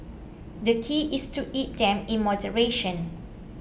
the key is to eat them in moderation